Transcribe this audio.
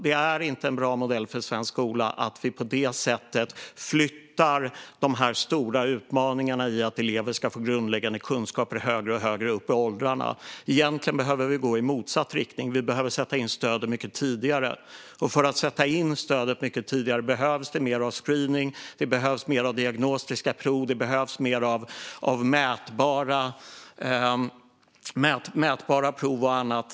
Det är inte en bra modell för svensk skola att vi på det sättet flyttar den stora utmaningen, alltså att elever ska få grundläggande kunskaper, högre och högre upp i åldrarna. Egentligen behöver vi gå i motsatt riktning, och vi behöver sätta in stöden mycket tidigare. För att sätta in stöd mycket tidigare behövs det mer av screening, mer av diagnostiska prov och mer av mätbara prov och annat.